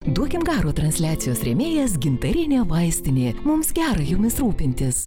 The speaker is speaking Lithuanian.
duokim garo transliacijos rėmėjas gintarinė vaistinė mums gera jumis rūpintis